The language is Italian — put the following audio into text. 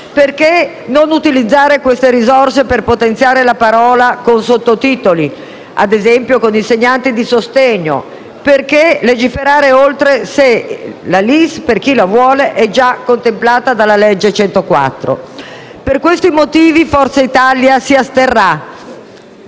Perché non utilizzare queste risorse per potenziare la parola con i sottotitoli, ad esempio con l'insegnante di sostegno? Perché legiferare oltre se la LIS, per chi la vuole, è già contemplata dalla legge n. 104 del 1992? Per questi motivi Forza Italia si asterrà